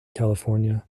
california